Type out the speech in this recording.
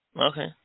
Okay